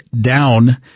down